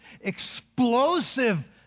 explosive